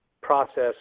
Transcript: process